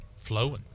flowing